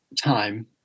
time